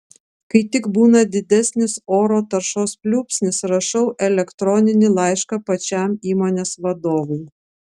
kai tik būna didesnis oro taršos pliūpsnis rašau elektroninį laišką pačiam įmonės vadovui